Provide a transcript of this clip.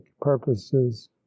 purposes